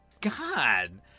God